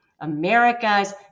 America's